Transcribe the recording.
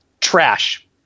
trash